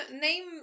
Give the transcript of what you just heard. name